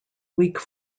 weak